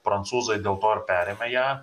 prancūzai dėl to ir perėmė ją